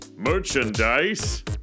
merchandise